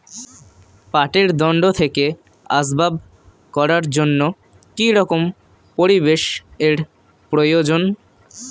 পাটের দণ্ড থেকে আসবাব করার জন্য কি রকম পরিবেশ এর প্রয়োজন?